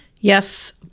Yes